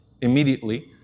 immediately